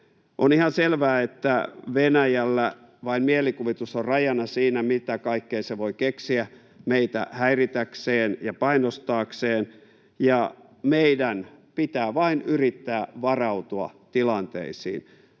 On ihan selvää, että Venäjällä vain mielikuvitus on rajana siinä, mitä kaikkea se voi keksiä meitä häiritäkseen ja painostaakseen, ja meidän pitää vain yrittää varautua tilanteisiin.